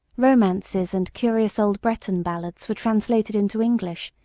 romances and curious old breton ballads were translated into english,